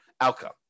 outcome